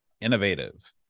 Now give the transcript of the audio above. Innovative